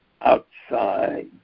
outside